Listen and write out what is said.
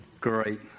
Great